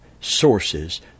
sources